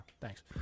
thanks